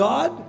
God